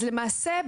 אז למעשה,